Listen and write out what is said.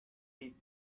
teeth